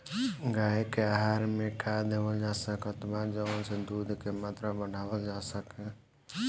गाय के आहार मे का देवल जा सकत बा जवन से दूध के मात्रा बढ़ावल जा सके?